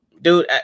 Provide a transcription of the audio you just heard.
dude